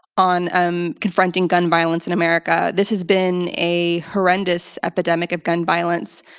on um confronting gun violence in america. this has been a horrendous epidemic of gun violence.